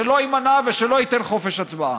שלא יימנע ושלא ייתן חופש הצבעה.